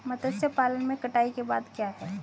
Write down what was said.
मत्स्य पालन में कटाई के बाद क्या है?